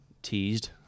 Teased